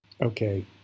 okay